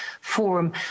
Forum